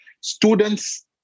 students